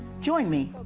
join me,